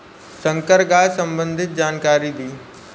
संकर गाय सबंधी जानकारी दी?